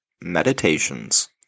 Meditations